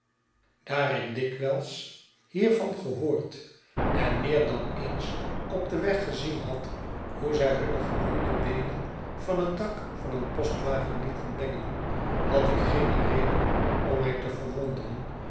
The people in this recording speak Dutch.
daar ik dikwijls hiervan gehoord en meer dan eens op den weg gezien had hoe z'y hunne geboeide beenen van het dak van een postwagen lieten bengelen had ik geene reden om mij te verwonderen